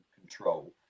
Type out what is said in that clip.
control